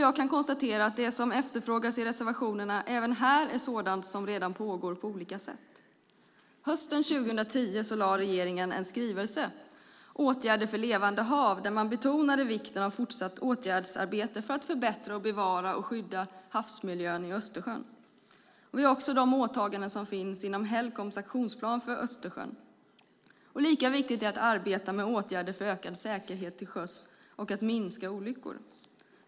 Jag kan konstatera att det som efterfrågas i reservationerna även här är sådant som redan pågår på olika sätt. Hösten 2010 lade regeringen skrivelsen Åtgärder för levande hav , där man betonade vikten av fortsatt åtgärdsarbete för att förbättra, bevara och skydda havsmiljön i Östersjön. Vi har också de åtaganden som finns inom Helcoms aktionsplan för Östersjön. Lika viktigt är att arbeta med åtgärder för ökad säkerhet till sjöss och att minska olyckorna.